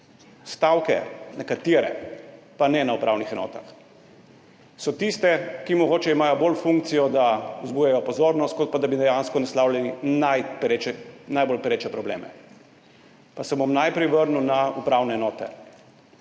Stavke, nekatere, pa ne na upravnih enotah, so tiste, ki mogoče imajo bolj funkcijo, da vzbujajo pozornost, kot pa da bi dejansko naslavljali najbolj pereče probleme. Pa se bom najprej vrnil na upravne enote.